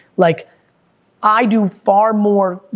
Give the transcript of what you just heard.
like i do far more,